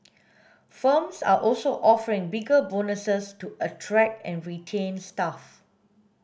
firms are also offering bigger bonuses to attract and retain staff